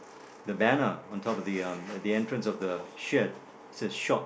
the banner on top of the um at the entrance of the shed it says shop